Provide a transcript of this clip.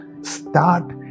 Start